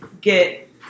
get